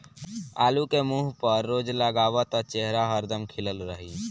आलू के मुंह पर रोज लगावअ त चेहरा हरदम खिलल रही